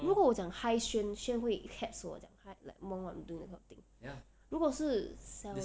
如果我讲 hi xuan xuan 会 text 我讲 hi like what I am doing or something 如果是